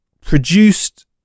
produced